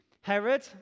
Herod